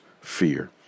fear